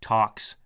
Talks